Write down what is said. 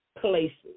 Places